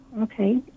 Okay